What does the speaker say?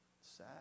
sad